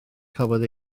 cafodd